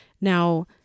Now